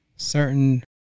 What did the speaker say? Certain